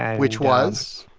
and which was.